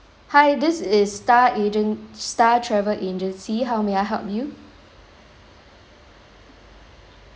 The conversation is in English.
hi this is star agent star travel agency how may I help you